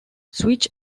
switch